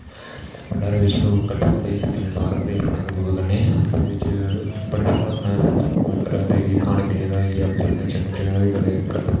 भडांरे च लोक किट्ठे होंदे मिलनसार रक्खदे अपना इक दुऐ कन्नै जेह्दे बिच्च बड़ा सारा अपना शौंक रक्खदे खाने पीने दा होई गेआ फिर नचने नुचने दा बगैरा दा बी करदे